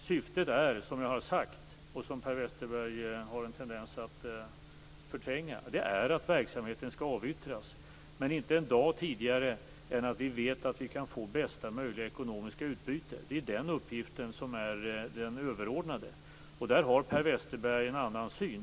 Syftet är, som jag har sagt och som Per Westerberg har en tendens att förtränga, att verksamheten skall avyttras, men inte en dag tidigare än att vi vet att vi kan få bästa möjliga ekonomiska utbyte. Det är den uppgiften som är den överordnade. Om detta har Per Westerberg en annan syn.